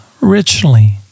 richly